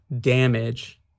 damage